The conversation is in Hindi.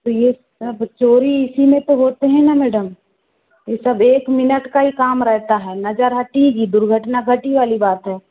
तो ये सब चोरी इसी में तो होते हैं ना मैडम ये सब एक मिनट का ही काम रहता है नज़र हटी दुर्घटना घटी वाली बात है